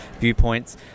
viewpoints